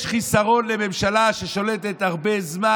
יש חיסרון לממשלה ששולטת הרבה זמן,